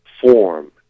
form